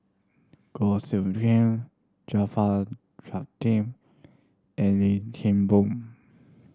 Goh Soo Khim Jaafar Latiff and Lim Kim Boon